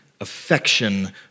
affection